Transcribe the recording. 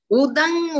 udang